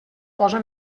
posa